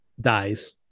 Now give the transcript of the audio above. dies